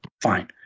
Fine